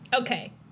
Okay